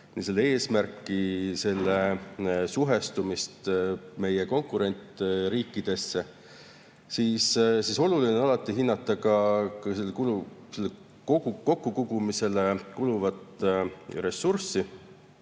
selle eesmärki, selle suhestumist meie konkurentriikides [toimuvaga], siis oluline on alati hinnata ka [maksude] kokkukogumisele kuluvat ressurssi.